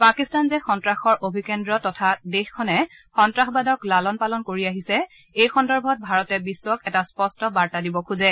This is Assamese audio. পাকিস্তান যে সন্নাসৰ অধিকেদ্ৰ তথা দেশখনে সন্নাসবাদক লালন পালন কৰি আহিছে এই সন্দৰ্ভত ভাৰতে বিশ্বক এটা স্পষ্ট বাৰ্তা দিব খোজে